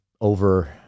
over